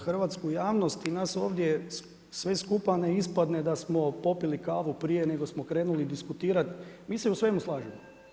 Da za hrvatsku javnost i nas ovdje sve skupa ne ispadne da smo popili kavu prije nego smo krenuli diskutirati, mi se u svemu slažemo.